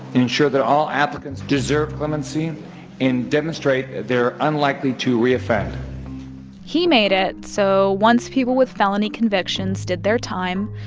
ensure that all applicants deserve clemency and demonstrate they're unlikely to reoffend he made it so once people with felony convictions did their time,